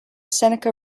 seneca